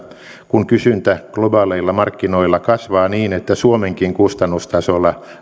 kun kysyntä globaaleilla markkinoilla kasvaa niin että suomenkin kustannustasolla